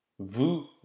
Vous